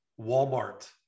walmart